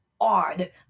odd